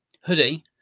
hoodie